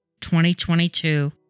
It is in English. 2022